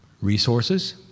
resources